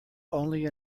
only